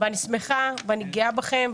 אני שמחה ואני גאה בכם,